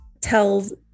tells